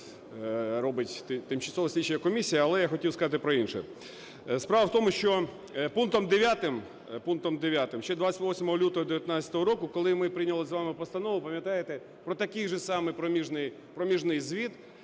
робить тимчасова слідча комісія. Але я хотів сказати про інше. Справа в тому, що пунктом 9 ще 28 лютого 2019 року, коли ми з вами прийняли постанову, пам'ятаєте, про такий же самий проміжний звіт.